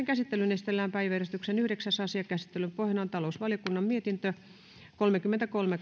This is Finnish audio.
käsittelyyn esitellään päiväjärjestyksen yhdeksäs asia käsittelyn pohjana on talousvaliokunnan mietintö kolmekymmentäkolme